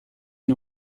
une